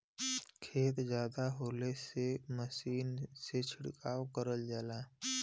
खेत जादा होले से मसीनी से छिड़काव करल जाला